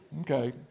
okay